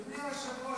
אדוני היושב-ראש,